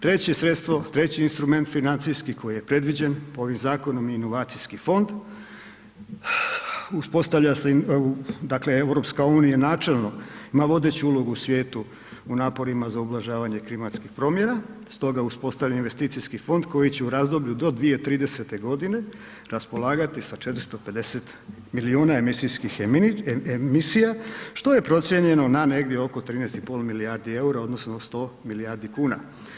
Treće sredstvo, treći instrument financijski koji je predviđen po ovim zakonom, i inovacijski fond uspostavlja se, dakle EU načelno ima vodeću ulogu u svijetu u naporima za ublažavanje klimatskih promjena, stoga je uspostavljen investicijski fond koji će u razdoblju do 2030. godine raspolagati sa 450 milijuna emisijskih emisija što je procijenjeno na negdje oko 13,5 milijardi eura odnosno 100 milijardu kuna.